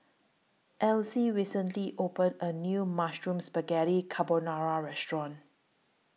Elzy recently opened A New Mushroom Spaghetti Carbonara Restaurant